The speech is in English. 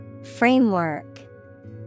Framework